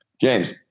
James